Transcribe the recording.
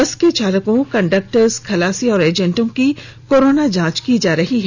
बस के चालकों कंडक्टर खलासी और एजेंटों की कोरोना जांच की जा रही है